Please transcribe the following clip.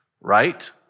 right